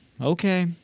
Okay